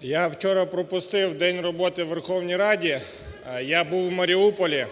Я вчора пропустив день роботи у Верховній Рад, я був у Маріуполі,